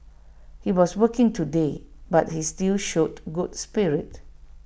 he was working today but he still showed good spirit